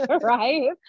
Right